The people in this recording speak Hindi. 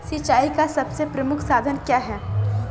सिंचाई का सबसे प्रमुख साधन क्या है?